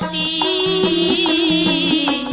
e